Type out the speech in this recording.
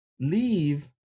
leave